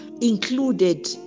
included